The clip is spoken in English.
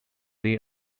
they